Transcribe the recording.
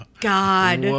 God